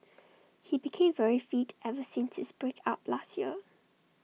he became very fit ever since his break up last year